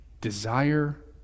Desire